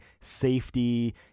safety